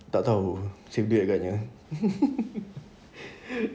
tak tahu save duit agaknya